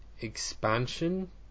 expansion